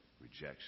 rejection